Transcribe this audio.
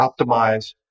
optimize